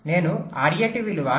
నేను RAT విలువ 5